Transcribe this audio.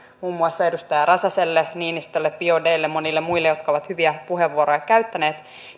muun muassa edustaja räsäselle niinistölle biaudetlle monille muille jotka ovat hyviä puheenvuoroja käyttäneet